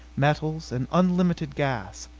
metals and unlimited gas.